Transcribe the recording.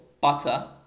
butter